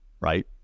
right